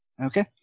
okay